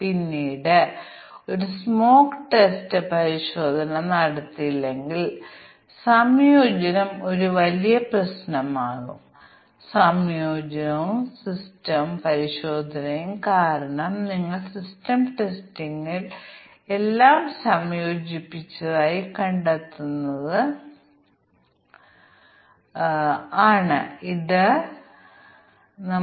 അതിനാൽ ഈ സമയത്ത് x സമം x 2 ഉം y y ഉം 2 ഉം തുല്യമാണെങ്കിൽ ഈ പ്രസ്താവന എഴുതാൻ പ്രോഗ്രാമർ നഷ്ടപ്പെട്ടു ഞാൻ ഇവിടെ y 2 എഴുതണം അപ്പോൾ ഇൻപുട്ട് xyz മൈനസ് gxy അല്ലാതെ output f xyz plus gxy ആയിരിക്കണം കാരണം അയാൾക്ക് ഈ x നഷ്ടമായത് x 1 നും y y യ്ക്കും തുല്യമാണ്